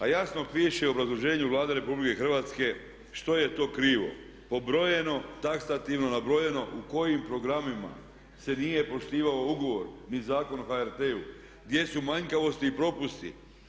A jasno piše u obrazloženju Vlade Republike Hrvatske što je to krivo pobrojeno, taksativno nabrojeno u kojim programima se nije poštivao ugovor ni Zakon o HRT-u, gdje su manjkavosti i propusti.